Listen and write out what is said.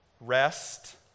rest